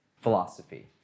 philosophy